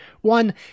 one